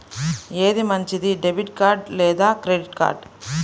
ఏది మంచిది, debit card లేదా క్రెడిట్ కార్డ్?